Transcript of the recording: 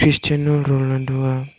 Cristiano Ronaldo आ